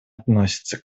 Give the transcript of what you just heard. относится